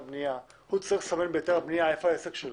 הוא צריך לסמן בהיתר הבנייה היכן העסק שלו.